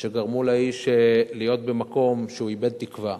שגרמו לאיש להיות במקום שהוא איבד תקווה.